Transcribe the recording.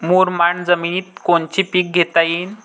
मुरमाड जमिनीत कोनचे पीकं घेता येईन?